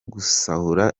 gusahura